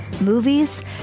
movies